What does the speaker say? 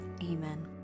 amen